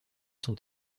sont